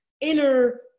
inner